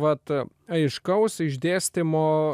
vat aiškaus išdėstymo